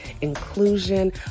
inclusion